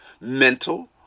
mental